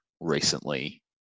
recently